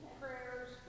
Prayers